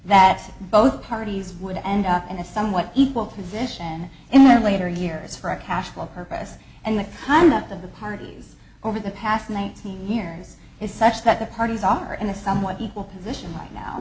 that both parties would end up in a somewhat equal position in their later years for a casual purpose and the conduct of the parties over the past nineteen years is such that the parties are in a somewhat equal position right now